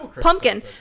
pumpkin